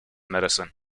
medicine